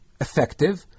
effective